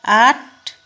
आठ